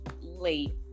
late